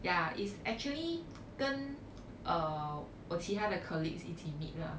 ya is actually 跟 uh 我其他的 colleagues 一起 meet lah